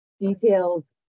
details